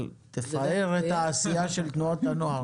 אבל תפאר את העשייה של תנועות הנוער".